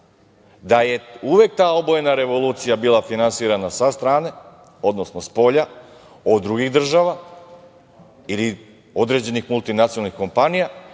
da je uvek ta obojena revolucija bila finansirana sa strane, odnosno spolja od drugih država ili određenih multinacionalnih kompanija